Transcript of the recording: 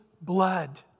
blood